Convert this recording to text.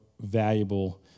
valuable